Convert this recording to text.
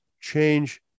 change